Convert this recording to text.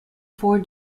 four